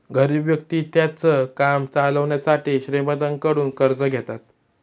गरीब व्यक्ति त्यांचं काम चालवण्यासाठी श्रीमंतांकडून कर्ज घेतात